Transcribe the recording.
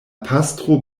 pastro